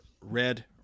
Red